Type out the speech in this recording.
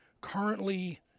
currently